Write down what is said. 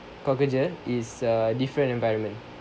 kau kerja is a different environment